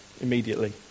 immediately